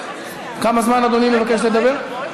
כמה זמן אדוני מבקש לדבר?